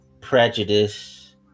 prejudice